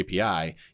API